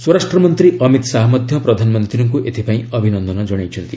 ସ୍ୱରାଷ୍ଟ୍ର ମନ୍ତ୍ରୀ ଅମିତ ଶାହା ମଧ୍ୟ ପ୍ରଧାନମନ୍ତ୍ରୀଙ୍କୁ ଏଥିପାଇଁ ଅଭିନନ୍ଦନ ଜଣାଇଛନ୍ତି